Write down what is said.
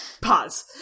Pause